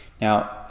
Now